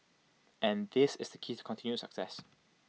and this is the keys to continued success